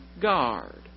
guard